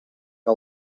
que